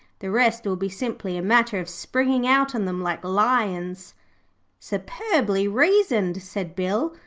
the rest will be simply a matter of springing out on them like lions superbly reasoned said bill,